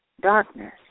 Darkness